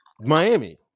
Miami